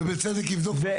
בצדק אמר ובצדק קיבל תשובה,